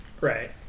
Right